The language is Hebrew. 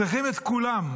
צריכים את כולם.